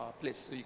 place